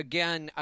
Again